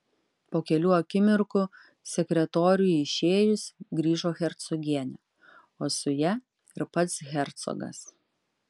po kelių akimirkų sekretoriui išėjus grįžo hercogienė o su ja ir pats hercogas